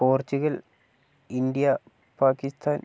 Portugal India Pakistan